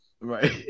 Right